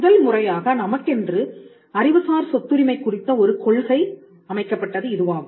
முதல்முறையாக நமக்கென்று அறிவுசார் சொத்துரிமை குறித்த ஒரு கொள்கை அமைக்கப்பட்டது இதுவாகும்